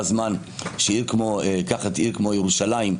קח עיר כמו ירושלים,